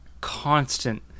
constant